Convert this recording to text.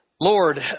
Lord